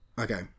Okay